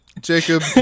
Jacob